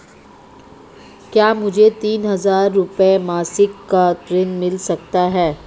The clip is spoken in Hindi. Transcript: क्या मुझे तीन हज़ार रूपये मासिक का ऋण मिल सकता है?